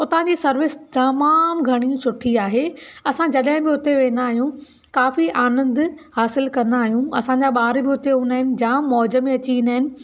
हुतां जी सर्विस तमामु घणियूं सुठी आहे असां जॾहिं बि हुते वेंदा आहियूं काफ़ी आनंदु हासिलु कंदा आहियूं असांजा ॿार बि हुते हूंदा आहिनि जाम मौज में अची वेंदा आहिनि